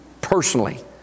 personally